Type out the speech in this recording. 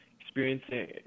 experiencing